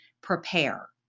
prepare